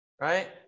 right